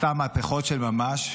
עשתה מהפכות של ממש,